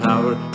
Power